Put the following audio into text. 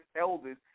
elders